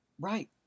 Right